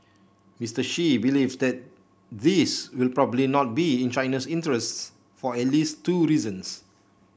Mister Xi believes that this will probably not be in Chinese interests for at least two reasons